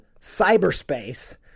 cyberspace